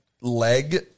leg